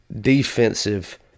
defensive